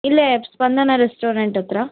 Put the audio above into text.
ಇಲ್ಲೇ ಸ್ಪಂದನ ರೆಸ್ಟೋರೆಂಟ್ ಹತ್ತಿರ